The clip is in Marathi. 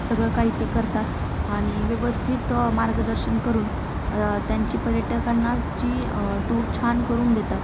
सगळं काही ते करतात आनि व्यवस्थित मार्गदर्शन करून त्यांची पर्यटकांची टूर छान करून देतात